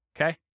okay